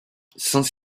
saint